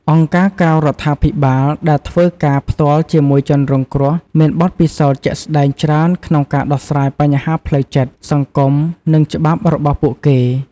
អង្គការក្រៅរដ្ឋាភិបាលដែលធ្វើការផ្ទាល់ជាមួយជនរងគ្រោះមានបទពិសោធន៍ជាក់ស្ដែងច្រើនក្នុងការដោះស្រាយបញ្ហាផ្លូវចិត្ត សង្គម និងច្បាប់របស់ពួកគេ។